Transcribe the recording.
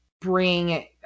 bring